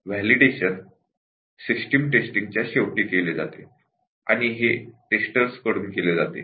validation system टेस्टिंगच्या शेवटी केले जाते आणि हे टेस्टर्संकडून केले जाते